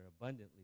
abundantly